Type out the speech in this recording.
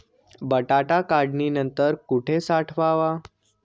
बटाटा काढणी नंतर कुठे साठवावा?